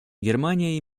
германия